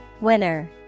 winner